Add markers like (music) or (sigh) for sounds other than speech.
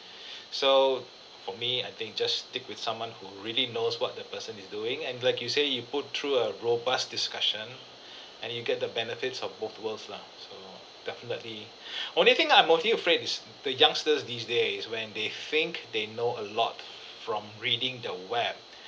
(breath) so for me I think just stick with someone who really knows what the person is doing and like you say you put through a robust discussion (breath) and you get the benefits of both worlds lah so definitely (breath) only thing that I'm mostly afraid is the youngsters these days when they think they know a lot from reading the web